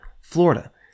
Florida